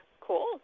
Cool